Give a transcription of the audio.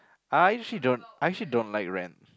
I actually don't I actually don't like rent